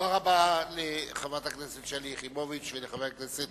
תודה רבה לחברת הכנסת שלי יחימוביץ ולחבר הכנסת